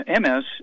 MS